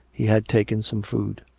he had taken some food.